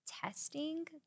testing